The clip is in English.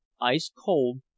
ice-cold